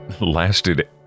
lasted